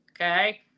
okay